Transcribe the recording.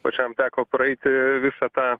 pačiam teko praeiti visą tą